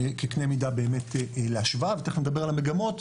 כקנה מידה באמת להשוואה, ותיכף נדבר על המגמות.